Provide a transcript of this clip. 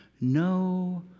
no